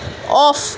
off